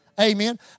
Amen